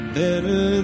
better